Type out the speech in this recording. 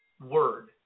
word